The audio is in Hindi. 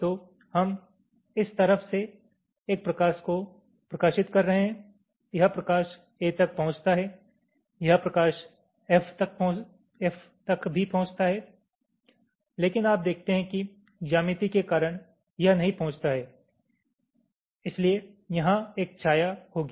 तो हम इस तरफ से एक प्रकाश को प्रकाशित कर रहे हैं यह प्रकाश A तक पहुंचता है यह प्रकाश F तक भी पहुंचता है लेकिन आप देखते हैं कि ज्यामिति के कारण यह नहीं पहुंचता हैइसलिये यहाँ एक छाया होगी